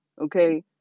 okay